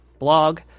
blog